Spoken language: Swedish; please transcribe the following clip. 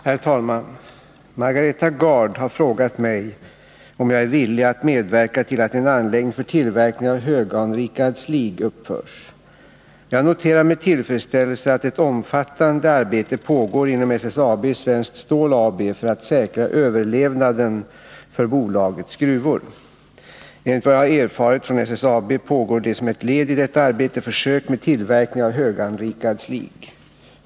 Herr talman! Margareta Gard har frågat mig om jag är villig att medverka till att en anläggning för tillverkning av höganrikad slig uppförs. Jag noterar med tillfredsställelse att ett omfattande arbete pågår inom SSAB Svenskt Stål AB för att säkra överlevnaden för bolagets gruvor. Enligt vad jag har erfarit från SSAB pågår det som ett led i detta arbete försök med tillverkning av höganrikad slig.